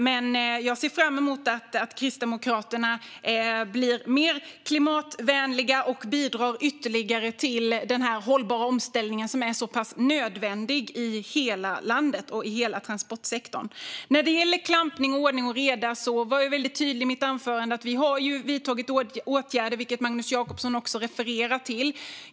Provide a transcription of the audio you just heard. Men jag ser fram emot att Kristdemokraterna blir mer klimatvänliga och bidrar ytterligare till den hållbara omställningen, som är nödvändig i hela landet och i hela transportsektorn. När det gäller klampning och ordning och reda var jag väldigt tydlig i mitt anförande. Vi har vidtagit åtgärder, vilket Magnus Jacobsson refererade till.